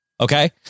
Okay